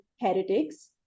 heretics